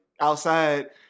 outside